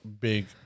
big